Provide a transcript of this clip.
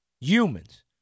humans